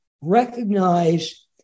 recognize